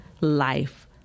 life